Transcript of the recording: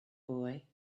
boy